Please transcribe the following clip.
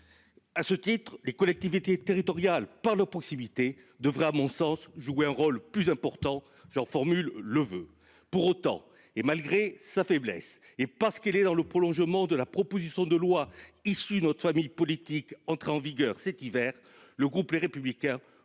À ce titre, les collectivités territoriales, par leur proximité, devraient, à mon sens, jouer un rôle plus important. J'en forme le voeu. Pour autant, malgré sa faiblesse et parce qu'elle est dans le prolongement de la proposition de loi, issue de notre famille politique, entrée en vigueur à l'hiver dernier, le groupe Les Républicains